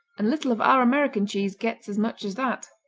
and little of our american cheese gets as much as that.